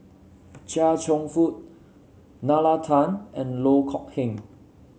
Chia Cheong Fook Nalla Tan and Loh Kok Heng